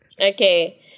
Okay